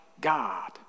God